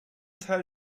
teil